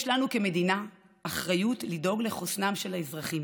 יש לנו כמדינה אחריות לדאוג לחוסנם של האזרחים,